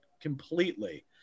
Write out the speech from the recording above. completely